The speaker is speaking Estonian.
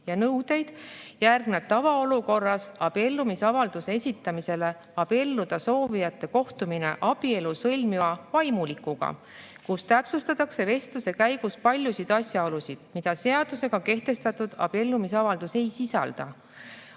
ja nõudeid järgneb tavaolukorras abiellumisavalduse esitamisele abielluda soovijate kohtumine abielu sõlmiva vaimulikuga, kus täpsustatakse vestluse käigus paljusid asjaolusid, mida seadusega kehtestatud abiellumisavaldus ei sisalda.